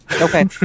Okay